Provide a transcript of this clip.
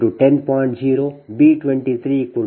5 B 13 B 31 10